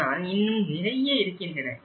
ஆனால் இன்னும் நிறைய இருக்கின்றன